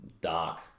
dark